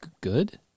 Good